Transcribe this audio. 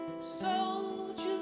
soldier